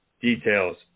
Details